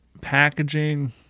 packaging